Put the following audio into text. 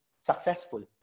successful